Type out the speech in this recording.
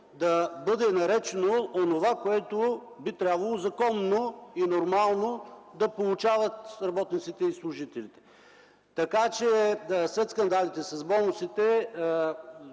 да бъде наречено онова, което би трябвало законно и нормално да получават работниците и служителите. След скандалите с бонусите,